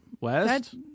west